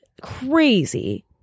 crazy